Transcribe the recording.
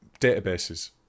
databases